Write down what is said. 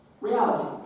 Reality